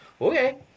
okay